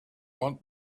want